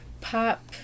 pop